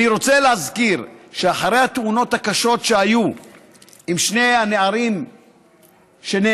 אני רוצה להזכיר שאחרי התאונות הקשות שהיו עם שני הנערים שנהרגו,